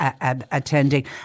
attending